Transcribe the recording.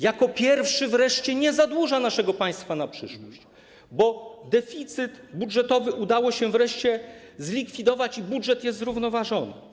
Jako pierwszy wreszcie nie zadłuża naszego państwa na przyszłość, bo deficyt budżetowy udało się wreszcie zlikwidować i budżet jest zrównoważony.